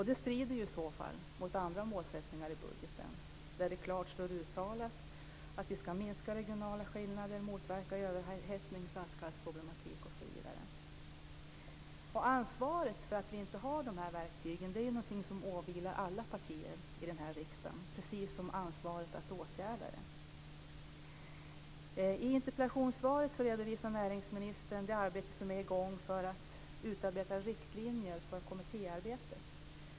Det strider i så fall mot andra målsättningar i budgeten, där det klart uttalas att vi ska minska regionala skillnader, motverka överhettning och flaskhalsproblematik osv. Ansvaret för att vi inte har dessa verktyg är någonting som åvilar alla partier i den här riksdagen, precis som ansvaret att åtgärda det. I interpellationssvaret redovisar näringsministern det arbete som är i gång för att utarbeta riktlinjer för kommittéarbetet.